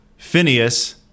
Phineas